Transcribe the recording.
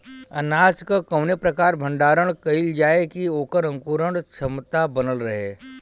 अनाज क कवने प्रकार भण्डारण कइल जाय कि वोकर अंकुरण क्षमता बनल रहे?